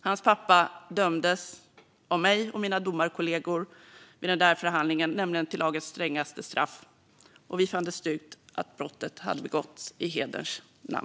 Hans pappa dömdes nämligen av mig och mina domarkollegor vid den där förhandlingen till lagens strängaste straff. Vi fann det styrkt att brottet hade begåtts i hederns namn.